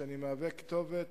שאני כתובת